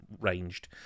ranged